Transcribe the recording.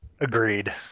agreed